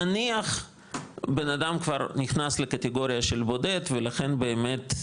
נניח בנאדם כבר נכנס לקטגוריה של בודד ולכן באמת,